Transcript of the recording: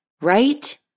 right